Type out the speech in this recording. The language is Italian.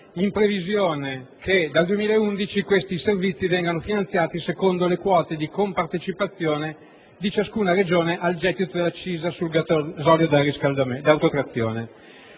in previsione del fatto che dal 2011 tali servizi verranno finanziati secondo le quote di compartecipazione di ciascuna Regione al gettito dell'accisa sul gasolio da autotrazione.